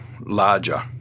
larger